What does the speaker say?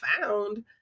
found